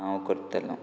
हांव करतलों